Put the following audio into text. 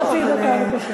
חצי דקה.